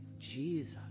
Jesus